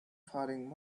faring